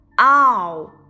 Ow